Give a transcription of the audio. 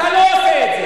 אתה לא עושה את זה.